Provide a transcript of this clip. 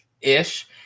ish